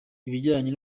ibijyanye